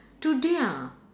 today ah